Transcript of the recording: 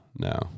No